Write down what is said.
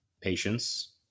patience